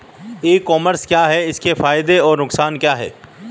ई commerce क्या है इसके फायदे और नुकसान क्या है?